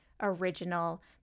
original